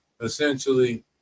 essentially